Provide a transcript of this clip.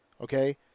okay